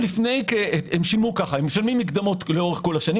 הם משלמים מקדמות לאורך כל השנים,